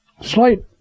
slight